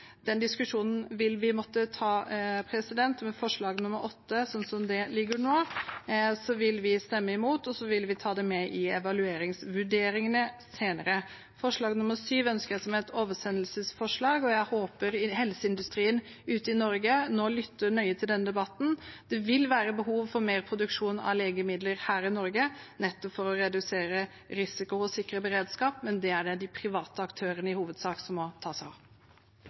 Den diskusjonen vil vi måtte ta. Forslag nr. 8, sånn som det ligger nå, vil vi stemme imot. Så vil vi ta det med i evalueringsvurderingene senere. Forslag nr. 7 ønsker vi som et oversendelsesforslag, og jeg håper helseindustrien ute i Norge nå lytter nøye til denne debatten. Det vil være behov for mer produksjon av legemidler her i Norge, nettopp for å redusere risiko og sikre beredskap. Det er det de private aktørene som i hovedsak må ta seg av.